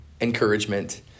encouragement